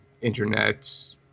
internet